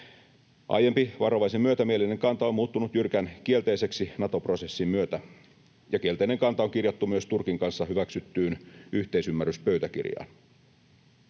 Aiempi varovaisen myötämielinen kanta on muuttunut jyrkän kielteiseksi Nato-prosessin myötä, ja kielteinen kanta on kirjattu myös Turkin kanssa hyväksyttyyn yhteisymmärryspöytäkirjaan.